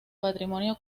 patrimonio